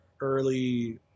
early